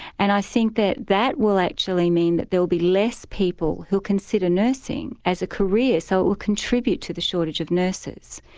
and i think that that will actually mean that there'll be less people who'll consider nursing as a career. so it will contribute to the shortage of nurses.